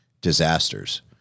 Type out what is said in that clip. disasters